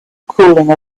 cooling